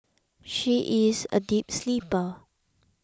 she is a deep sleeper